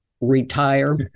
retire